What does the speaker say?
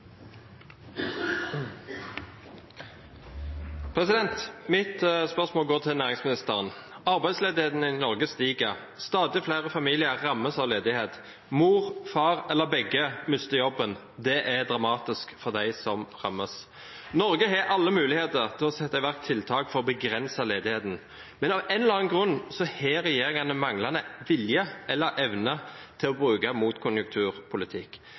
Mitt spørsmål går til næringsministeren. Arbeidsledigheten i Norge stiger. Stadig flere familier rammes av ledighet. Mor, far eller begge mister jobben. Det er dramatisk for dem som rammes. Norge har alle muligheter til å sette i verk tiltak for å begrense ledigheten. Men av en eller annen grunn har regjeringen en manglende vilje eller evne til å bruke motkonjunkturpolitikk.